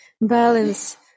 balance